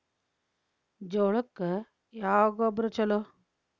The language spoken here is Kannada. ಜೋಳಕ್ಕ ಯಾವ ಗೊಬ್ಬರ ಛಲೋ?